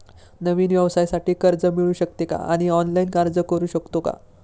नवीन व्यवसायासाठी कर्ज मिळू शकते का आणि ऑनलाइन अर्ज करू शकतो का?